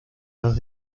dos